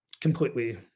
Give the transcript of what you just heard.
Completely